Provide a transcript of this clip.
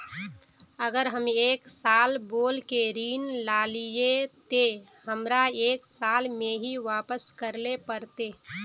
अगर हम एक साल बोल के ऋण लालिये ते हमरा एक साल में ही वापस करले पड़ते?